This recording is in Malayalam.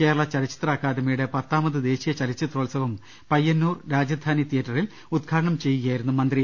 കേരള ചലച്ചിത്ര അക്കാദമിയുടെ പത്താമത് ദേശീയ ചലച്ചിത്രോത്സവം പയ്യന്നൂർ രാജധാനി തിയറ്ററിൽ ഉദ്ഘാടനം ചെയ്ത് സംസാരിക്കുകയായിരുന്നു മന്ത്രി